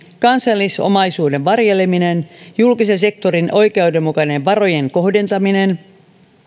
kansallisomaisuuden varjeleminen julkisen sektorin oikeudenmukainen varojen kohdentaminen